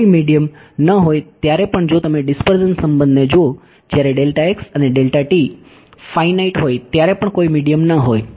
કોઈ મીડીયમ ન હોય ત્યારે પણ જો તમે ડીસ્પર્ઝન સંબંધને જુઓ જ્યારે અને ફાઇનાઈટ હોય ત્યારે પણ કોઈ મીડીયમ ન હોય